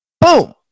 boom